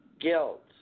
guilt